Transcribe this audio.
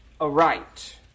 aright